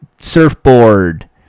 surfboard